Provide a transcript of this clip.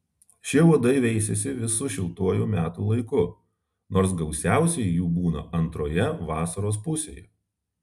šie uodai veisiasi visu šiltuoju metų laiku nors gausiausiai jų būna antroje vasaros pusėje